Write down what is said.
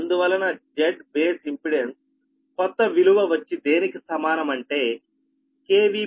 అందువలన Z base impedance కొత్త విలువ వచ్చి దేనికి సమానం అంటే KVBnew 2MVAB new